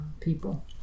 people